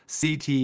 CT